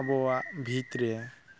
ᱟᱵᱚᱣᱟᱜ ᱵᱷᱤᱛᱨᱮ